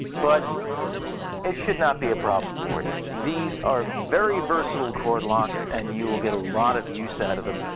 but it should not be a problem for you. these are very versatile cord locks and you will get a lot of use out of them.